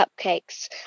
cupcakes